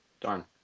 Darn